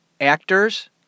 actors